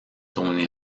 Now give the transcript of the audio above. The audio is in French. tony